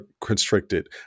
constricted